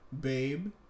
babe